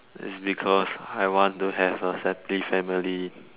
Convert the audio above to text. that's because I want to have a happy family